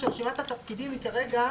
מנכ"ל "אקט איגוד עובדי הקולנוע,